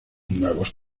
nuevos